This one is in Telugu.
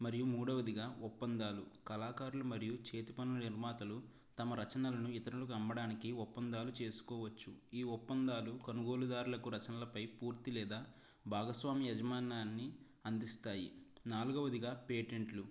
మరియు మూడోవదిగా ఒప్పందాలు కళాకారులు మరియు చేతి పనులు నిర్మాతలు తమ రచనలను ఇతరులకి అమ్మడానికి ఒప్పందాలు చేసుకోవచ్చు ఈ ఒప్పందాలు కొనుగోలదారులకు రచనలపై పూర్తి లేదా భాగస్వామి యజమాన్యాన్ని అందిస్తాయి నాలుగోవదిగా పేటెంట్లు